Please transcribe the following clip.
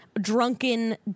Drunken